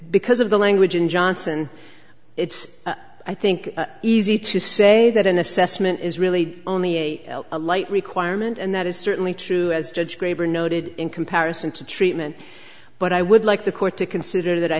because of the language in johnson it's i think easy to say that an assessment is really only a light requirement and that is certainly true as judge graber noted in comparison to treatment but i would like the court to consider that i